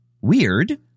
weird